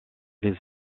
les